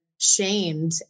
shamed